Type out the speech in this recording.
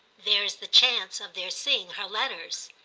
there's the chance of their seeing her letters.